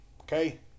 Okay